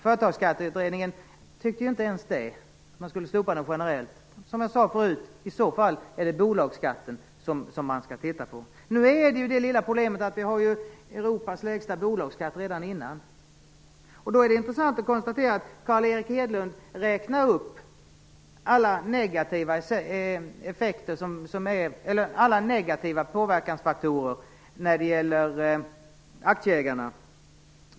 Företagsskatteutredningen tyckte inte ens att dubbelbeskattningen skulle slopas generellt. Som jag sade förut är det i så fall bolagsskatten man skall titta på. Nu finns ju det lilla problemet att vi redan har Europas lägsta bolagsskatt. Därför är det intressant att konstatera att Carl Erik Hedlund räknar upp alla negativa påverkansfaktorer när det gäller aktieägarna.